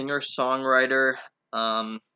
singer-songwriter